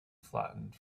flattened